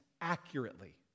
accurately